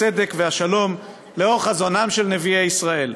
הצדק והשלום לאור חזונם של נביאי ישראל,